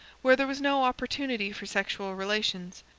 where there was no opportunity for sexual relations,